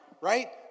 right